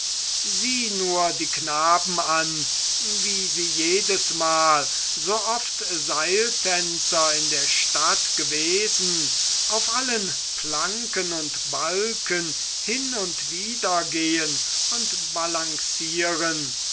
sieh nur die knaben an wie sie jedesmal sooft seiltänzer in der stadt gewesen auf allen planken und balken hin und wider gehen und balancieren